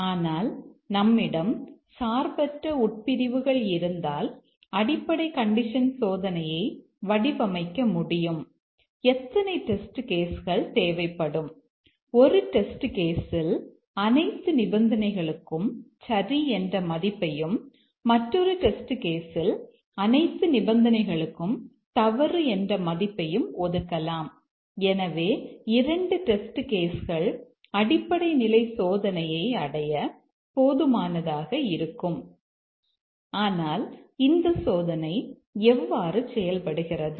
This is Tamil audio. ஆனால் நம்மிடம் சார்பற்ற உட்பிரிவுகள் இருந்தால் அடிப்படை கண்டிஷன் சோதனையை வடிவமைக்க முடியும் எத்தனை டெஸ்ட் கேஸ் கள் அடிப்படை நிலை சோதனையை அடைய போதுமானதாக இருக்கும் ஆனால் இந்த சோதனை எவ்வாறு செயல்படுகிறது